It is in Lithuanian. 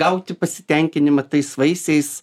gauti pasitenkinimą tais vaisiais